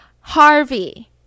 Harvey